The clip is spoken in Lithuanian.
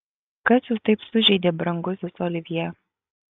kas jūs taip sužeidė brangusis olivjė